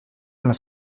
las